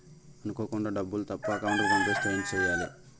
అనుకోకుండా డబ్బులు తప్పు అకౌంట్ కి పంపిస్తే ఏంటి చెయ్యాలి?